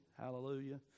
Hallelujah